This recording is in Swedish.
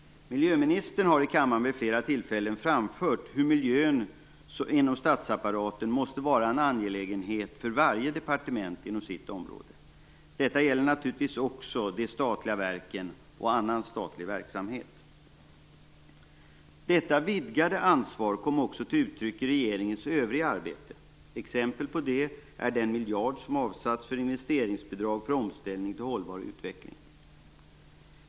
Miljöministern har i kammaren vid flera tillfällen framfört att inom statsapparaten måste miljön vara en angelägenhet för varje departement inom respektive område. Detta gäller naturligtvis också de statliga verken och annan statlig verksamhet. Detta vidgade ansvar kommer också till uttryck i regeringens övriga arbete. Exempel på det är den miljard som avsatts för investeringsbidrag för omställning till en hållbar utveckling.